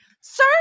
Sir